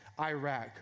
Iraq